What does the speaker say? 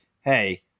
hey